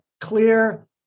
clear